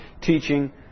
teaching